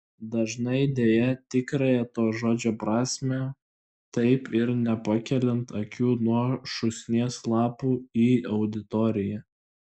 dažnai deja tikrąja to žodžio prasme taip ir nepakeliant akių nuo šūsnies lapų į auditoriją